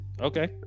Okay